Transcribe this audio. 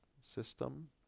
system